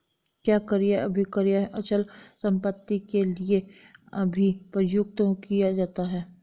क्या क्रय अभिक्रय अचल संपत्ति के लिये भी प्रयुक्त किया जाता है?